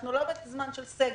אנחנו לא בזמן של סגר,